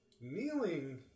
Kneeling